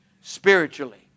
spiritually